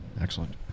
Excellent